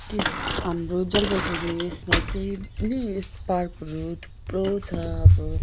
हाम्रो जलपाइगुडी उयसमा चाहिँ नि यस्तो पार्कहरू थुप्रो छ अब